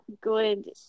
good